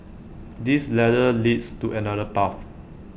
this ladder leads to another path